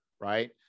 right